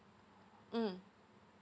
mm